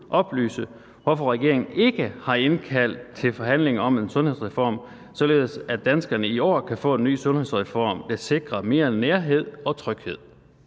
oplyse, hvorfor regeringen ikke har indkaldt til forhandlinger om en sundhedsreform, således at danskerne i år kan få en ny sundhedsreform, der sikrer mere nærhed og tryghed?